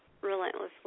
relentlessly